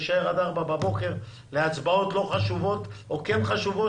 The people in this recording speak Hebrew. להישאר עד ארבע בבוקר להצבעות לא חשובות או כן חשובות,